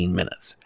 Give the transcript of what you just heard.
minutes